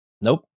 Nope